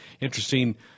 interesting